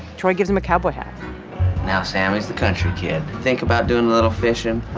troy gives him a cowboy hat now, sammy's the country kid. think about doing a little fishing.